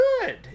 good